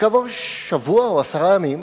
וכעבור שבוע או עשרה ימים